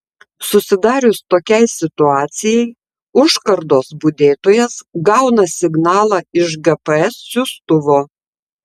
susidarius tokiai situacijai užkardos budėtojas gauna signalą iš gps siųstuvo